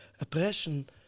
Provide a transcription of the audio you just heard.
oppression